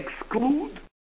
exclude